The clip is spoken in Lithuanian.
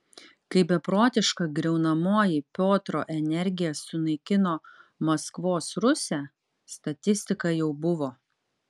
kai beprotiška griaunamoji piotro energija sunaikino maskvos rusią statistika jau buvo